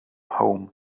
home